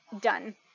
done